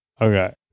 Okay